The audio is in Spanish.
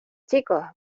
chicos